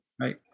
Right